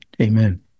Amen